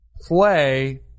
play